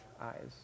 eyes